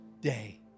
day